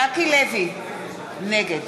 נגד